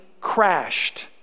crashed